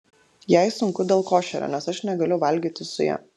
jai sunku dėl košerio nes aš negaliu valgyti su ja